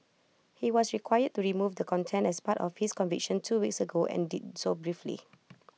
he was required to remove the content as part of his conviction two weeks ago and did so briefly